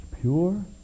pure